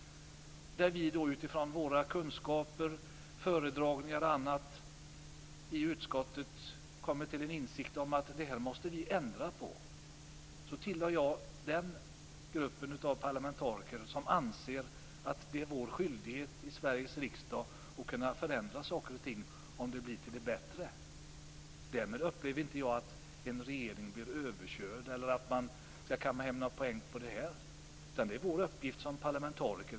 Om vi utifrån våra kunskaper, föredragningar och annat i utskottet kommer till en insikt om att vi måste ändra på ett förslag från regeringen, så tillhör jag den gruppen parlamentariker som anser att det är vår skyldighet i Sveriges riksdag att förändra saker och ting om det blir till det bättre. Därmed upplever jag inte att en regering blir överkörd eller att man kan kamma hem poäng på det, utan det är vår uppgift som parlamentariker.